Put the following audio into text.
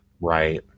Right